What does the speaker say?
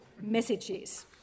messages